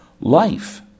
life